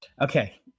Okay